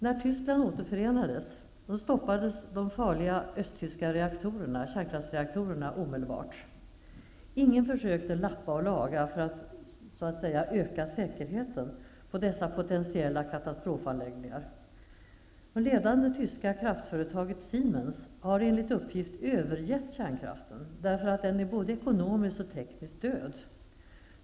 När Tyskland återförenades, stoppades de farliga östtyska kärnkraftsreaktorerna omedelbart. Ingen försökte lappa och laga för att ''öka säkerheten'' vid dessa potentiella katastrofanläggningar. Det ledande tyska kraftföretaget Siemens har enligt uppgift övergett kärnkraften därför att den är både ekonomiskt och tekniskt död.